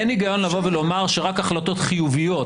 אין היגיון לבוא ולומר שרק החלטות חיוביות